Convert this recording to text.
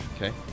Okay